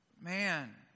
Man